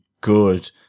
good